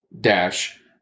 dash